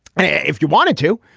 and if you wanted to,